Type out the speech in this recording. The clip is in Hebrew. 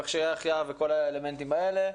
מכשירי החייאה וכל האלמנטים האלה.